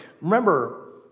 remember